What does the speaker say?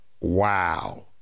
wow